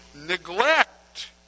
neglect